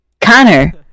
Connor